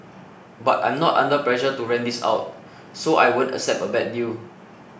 but I'm not under pressure to rent this out so I won't accept a bad deal